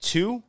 Two